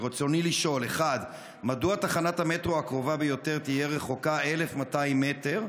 ברצוני לשאול: 1. מדוע תחנת המטרו הקרובה ביותר תהיה רחוקה 1,200 מטר?